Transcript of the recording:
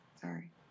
sorry